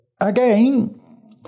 again